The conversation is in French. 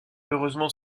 heureusement